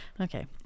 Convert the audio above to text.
Okay